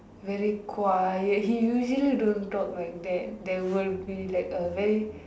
very quiet he usually don't talk one there there will be like a very